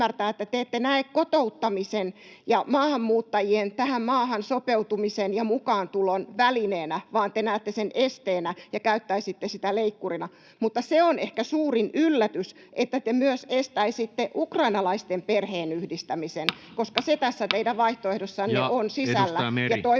te ette näe kotouttamista maahanmuuttajien tähän maahan sopeutumisen ja mukaantulon välineenä, vaan te näette sen esteenä ja käyttäisitte sitä leikkurina. Mutta se on ehkä suurin yllätys, että te myös estäisitte ukrainalaisten perheenyhdistämisen, koska se tässä teidän vaihtoehdossanne on sisällä,